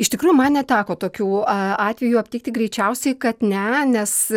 iš tikrųjų man neteko tokių a atvejų aptikti greičiausiai kad ne nes